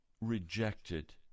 rejected